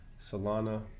Solana